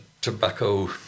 tobacco